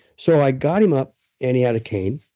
so, i got him up and he had a cane,